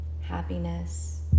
happiness